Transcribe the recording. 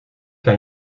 kan